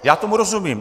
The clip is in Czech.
Já tomu rozumím.